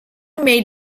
made